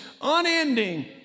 unending